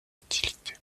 utilité